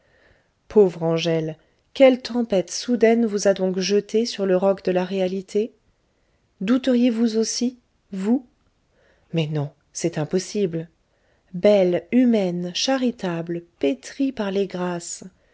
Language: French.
pauvre angèle quelle tempête soudaine vous a donc jetée sur le roc de la réalité douteriez vous aussi vous mais non c'est impossible belle humaine charitable pétrie par les grâces